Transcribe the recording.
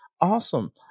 awesome